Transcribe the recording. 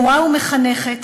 מורה ומחנכת,